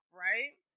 right